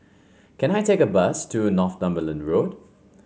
can I take a bus to Northumberland Road